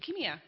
leukemia